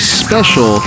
special